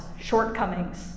shortcomings